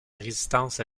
résistance